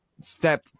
step